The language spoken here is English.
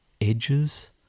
edges